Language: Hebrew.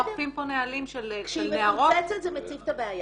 אוכפים פה נהלים של נערות -- כשהיא מפוצצת זה מציף את הבעיה.